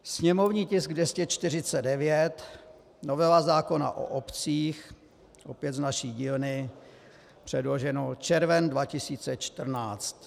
Sněmovní tisk 249, novela zákona o obcích, opět z naší dílny předloženo červen 2014.